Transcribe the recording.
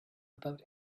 about